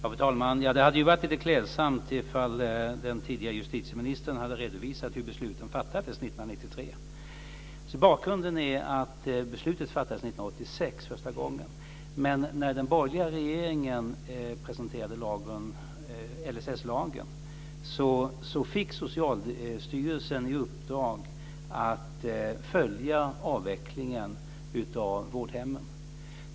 Fru talman! Det hade varit klädsamt om den tidigare justitieministern hade redovisat hur besluten fattades 1993. Bakgrunden är att beslutet fattades 1986 första gången, men när den borgerliga regeringen presenterade LSS fick Socialstyrelsen i uppdrag att följa avvecklingen av vårdhemmen.